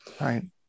Right